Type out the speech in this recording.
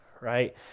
right